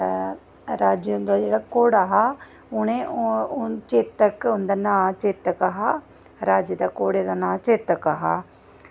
राजें उं'दा जेह्ड़ा घोड़ा हा उ'नें चेतक उं'दा नांऽ चेतक हा राजे दे घोड़े दा नांऽ चेतक हा